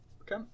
Okay